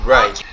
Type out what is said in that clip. Right